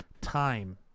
time